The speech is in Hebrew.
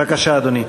בבקשה, אדוני.